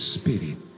spirit